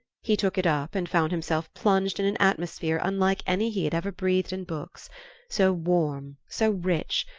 he took it up, and found himself plunged in an atmosphere unlike any he had ever breathed in books so warm, so rich,